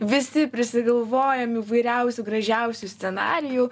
visi prisigalvojam įvairiausių gražiausių scenarijų